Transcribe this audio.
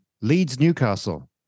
Leeds-Newcastle